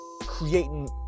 creating